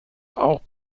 auch